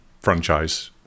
franchise